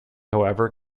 however